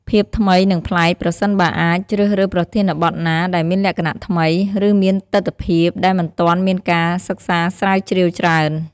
ភាពថ្មី និងប្លែក ប្រសិនបើអាច ជ្រើសរើសប្រធានបទណាដែលមានលក្ខណៈថ្មី ឬមានទិដ្ឋភាពដែលមិនទាន់មានការសិក្សាស្រាវជ្រាវច្រើន។